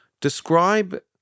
describe